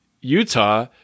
Utah